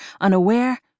unaware